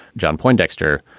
john poindexter,